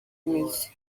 imizi